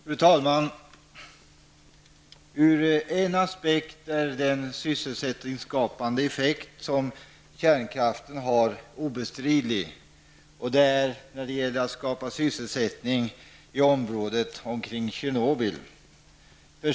Fru talman! Ur en aspekt är det obestridligt att kärnkraften haft en sysselsättningsskapande effekt, och det är när det gällt att skapa sysselsättning i området kring Tjernobyl.